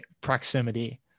proximity